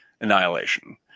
Annihilation